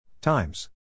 Times